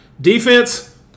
Defense